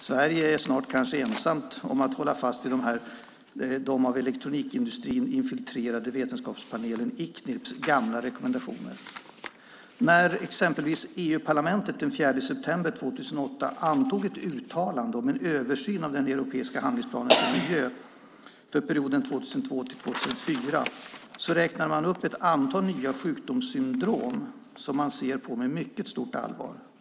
Sverige är kanske snart ensamt om att hålla fast vid den av elektronikindustrin infiltrerade vetenskapspanelen ICNIRP:s gamla rekommendationer. När exempelvis EU-parlamentet den 4 september 2008 antog ett uttalande om en översyn av den europeiska handlingsplanen för miljö för perioden 2002-2004 räknade man upp ett antal nya sjukdomssyndrom som man ser på med mycket stort allvar.